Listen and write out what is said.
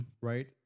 Right